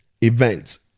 events